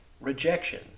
rejection